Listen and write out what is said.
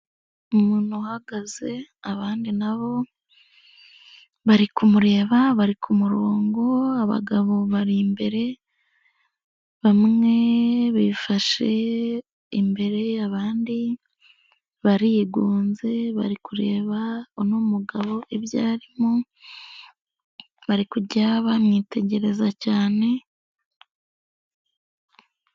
Umuntu uhagaze abandi nabo bari kumureba bari ku murongo, abagabo bari imbere bamwe bifashe imbere abandi barigunze bari kureba uno mugabo ibyo arimo bari kujya bamwitegereza cyane.